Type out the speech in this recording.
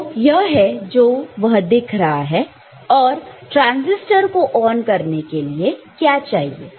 तो यह है जो वह दिख रहा है और ट्रांसिस्टर को ऑन करने के लिए क्या चाहिए